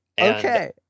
Okay